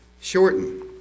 shortened